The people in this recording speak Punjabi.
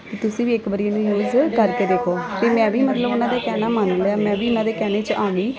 ਤੁਸੀਂ ਵੀ ਇੱਕ ਵਾਰੀ ਉਹਨੂੰ ਯੂਜ ਕਰਕੇ ਦੇਖੋ ਅਤੇ ਮੈਂ ਵੀ ਮਤਲਬ ਉਹਨਾਂ ਦਾ ਕਹਿਣਾ ਮੰਨ ਲਿਆ ਮੈਂ ਵੀ ਇਹਨਾਂ ਦੇ ਕਹਿਣੇ 'ਚ ਆ ਗਈ